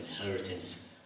inheritance